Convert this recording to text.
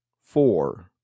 four